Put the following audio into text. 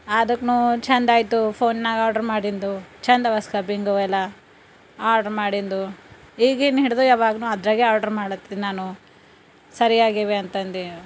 ಅದಕ್ಕೆ ನಾವು ಛಂದಾಯಿತು ಫೋನ್ನಾಗೆ ಆರ್ಡ್ರು ಮಾಡಿಂದು ಛಂದವ ಸ್ಕ್ರಬಿಂಗು ಅವೆಲ್ಲ ಆರ್ಡ್ರು ಮಾಡಿಂದು ಈಗೇನು ಹಿಡಿದು ಯಾವಾಗು ಅದರಾಗೆ ಆರ್ಡ್ರು ಮಾಡತ್ತಿನಿ ನಾನು ಸರಿಯಾಗಿವೆ ಅಂತಂದು